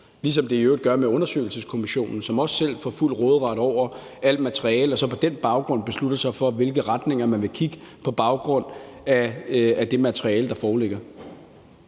ligesom det i øvrigt er med undersøgelseskommissionen, som også selv får fuld råderet over alt materiale og så på den baggrund beslutter sig for, i hvilke retninger man vil kigge, på baggrund af det materiale, der foreligger.